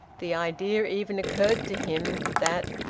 the idea even occurred to him that,